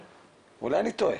אולי אני טועה,